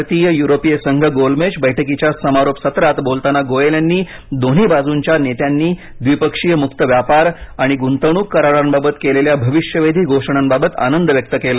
भारत युरोपिय संघ गोलमेज बैठकीच्या समारोप सत्रात बोलताना गोयल यांनी दोन्ही बाजूच्या नेत्यांनी द्वीपक्षीय मुक्त व्यापार आणि गुंतवणूक करारांबाबत केलेल्या भविष्यवेधी घोषणांबाबत आनंद व्यक्त केला